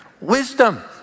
Wisdom